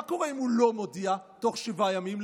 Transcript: מה קורה אם הוא לא מודיע תוך שבעה ימים?